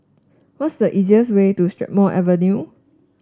what is the easiest way to Strathmore Avenue